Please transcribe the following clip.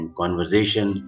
conversation